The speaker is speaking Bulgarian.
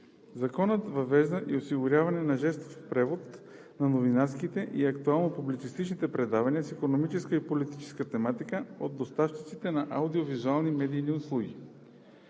Законът въвежда и осигуряването на жестов превод на новинарските и актуално-публицистичните предавания с икономическа и политическа тематика от доставчиците на аудио-визуални медийни услуги.